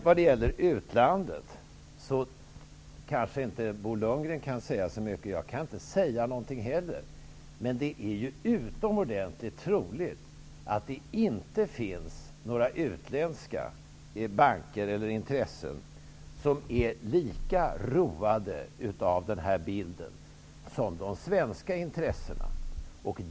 Bo Lundgren kanske inte kan säga så mycket när det gäller utlandet. Jag kan inte heller säga något. Men det är utomordentligt troligt att det inte finns några utländska banker eller intressen som är lika roade av den här bilden som de svenska intressena.